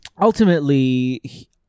Ultimately